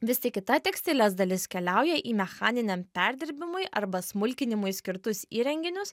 vis tik kita tekstilės dalis keliauja į mechaniniam perdirbimui arba smulkinimui skirtus įrenginius